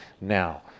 now